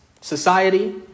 society